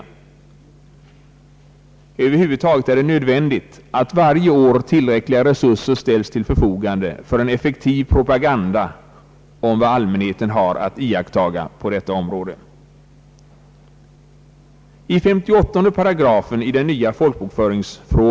Över huvud taget är det nödvändigt att varje år tillräckliga resurser ställs till förfogande för en effektiv propaganda om vad allmänheten har att iaktta på detta område.